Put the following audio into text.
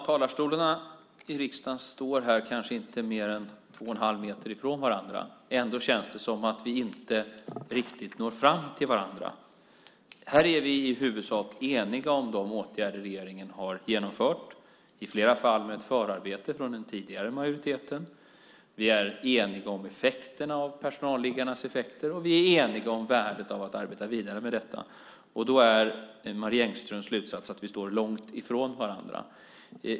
Herr talman! Riksdagens talarstolar står inte mer än 2 1⁄2 meter från varandra. Ändå känns det som att vi inte riktigt når fram till varandra. Här är vi i huvudsak eniga om de åtgärder regeringen har genomfört, i flera fall med ett förarbete från den tidigare majoriteten. Vi är eniga om personalliggarnas effekter, och vi är eniga om värdet av att arbeta vidare med detta. Då är Marie Engströms slutsats att vi står långt från varandra.